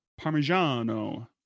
parmigiano